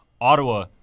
Ottawa